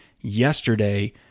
yesterday